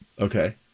okay